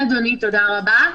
כן, אדוני, תודה רבה.